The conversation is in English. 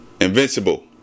Invincible